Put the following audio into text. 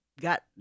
got